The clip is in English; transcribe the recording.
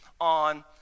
on